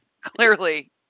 clearly